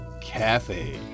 Cafe